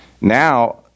Now